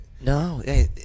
No